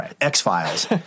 X-Files